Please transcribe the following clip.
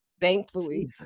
thankfully